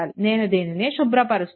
నేను దీనిని శుభ్రపరుస్తాను